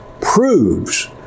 proves